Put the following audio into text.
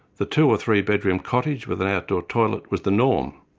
the two or three bedroom cottage with an outdoor toilet was the norm,